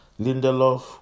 Lindelof